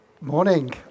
Morning